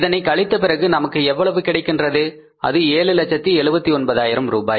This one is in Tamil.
இதனை கழித்த பிறகு நமக்கு எவ்வளவு கிடைக்கின்றது அது 779000 ரூபாய்